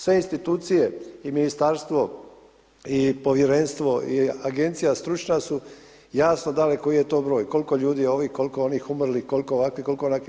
Sve institucije i ministarstvo i povjerenstvo i agencija stručna su jasno dali koji je to broj, koliko ljudi je ovih, koliko onih, umrlih, koliko ovakvih, koliko onakvih.